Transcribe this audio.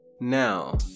Now